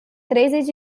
três